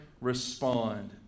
respond